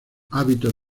hábitos